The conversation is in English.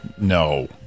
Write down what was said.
No